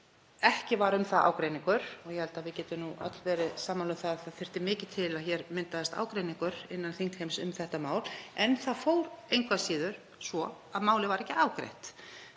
Ekki var um það ágreiningur og ég held að við getum öll verið sammála um að mikið þyrfti til til að hér myndaðist ágreiningur innan þingheims um þetta mál, en það fór engu að síður svo að málið var ekki afgreitt.